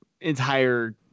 entire